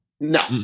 No